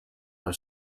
our